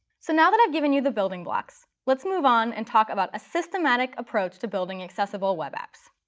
so now that i've given you the building blocks, let's move on and talk about a systematic approach to building accessible web apps.